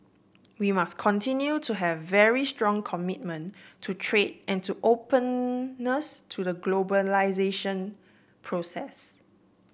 we must continue to have very strong commitment to trade and to openness to the globalisation process